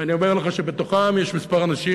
ואני אומר לך שבתוכם יש כמה אנשים,